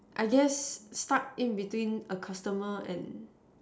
I guess stuck in between a customer and